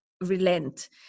relent